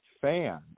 fan